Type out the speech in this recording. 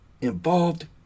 involved